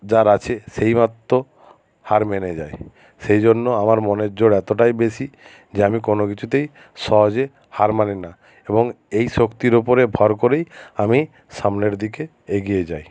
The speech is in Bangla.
যার আছে সেই মাত্র হার মেনে যায় সেই জন্য আমার মনের জোর এতোটাই বেশি যে আমি কোনো কিছুতেই সহজে হার মানি না এবং এই শক্তির ওপরে ভর করেই আমি সামনের দিকে এগিয়ে যাই